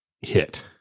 hit